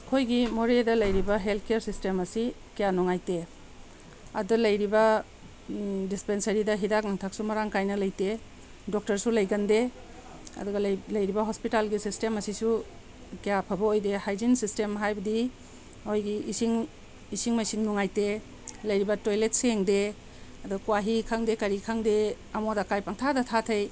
ꯑꯩꯈꯣꯏꯒꯤ ꯃꯣꯔꯦꯗ ꯂꯩꯔꯤꯕ ꯍꯦꯜꯠ ꯀꯤꯌꯥꯔ ꯁꯤꯁꯇꯦꯝ ꯑꯁꯤ ꯀꯌꯥ ꯅꯨꯡꯉꯥꯏꯇꯦ ꯑꯗꯨꯗ ꯂꯩꯔꯤꯕ ꯗꯤꯁꯄꯦꯟꯁꯔꯤꯗ ꯍꯤꯗꯥꯛ ꯂꯥꯡꯊꯛꯁꯨ ꯃꯔꯥꯡ ꯀꯥꯏꯅ ꯂꯩꯇꯦ ꯗꯣꯛꯇꯔꯁꯨ ꯂꯩꯒꯟꯗꯦ ꯑꯗꯨꯒ ꯂꯩꯔꯤꯕ ꯍꯣꯁꯄꯤꯇꯥꯜꯒꯤ ꯁꯤꯁꯇꯦꯝ ꯑꯁꯤꯁꯨ ꯀꯌꯥ ꯐꯕ ꯑꯣꯏꯗꯦ ꯍꯥꯏꯖꯤꯟ ꯁꯤꯁꯇꯦꯝ ꯍꯥꯏꯕꯗꯤ ꯑꯩꯈꯣꯏꯒꯤ ꯏꯁꯤꯡ ꯏꯁꯤꯡ ꯃꯥꯏꯁꯤꯡ ꯅꯨꯡꯉꯥꯏꯇꯦ ꯂꯩꯔꯤꯕ ꯇꯣꯏꯂꯦꯠ ꯁꯦꯡꯗꯦ ꯑꯗꯣ ꯀ꯭ꯋꯥꯍꯤ ꯈꯪꯗꯦ ꯀꯔꯤ ꯈꯪꯗꯦ ꯑꯃꯣꯠ ꯑꯀꯥꯏ ꯄꯪꯊꯥꯗ ꯊꯥꯗꯩ